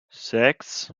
sechs